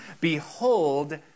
Behold